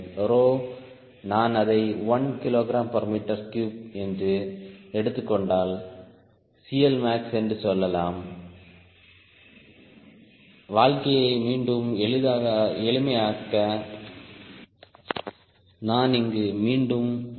row நான் அதை 1 kgm3 என்று எடுத்துக் கொண்டால் CLmax என்று சொல்லலாம் வாழ்க்கையை மீண்டும் எளிமையாக்க நான் இங்கு மீண்டும் 1